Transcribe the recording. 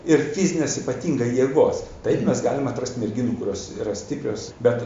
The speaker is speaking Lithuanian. ir fizinės ypatingai jėgos taip mes galim atrast merginų kurios yra stiprios bet